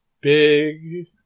big